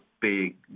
big